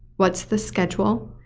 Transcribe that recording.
what's the schedule,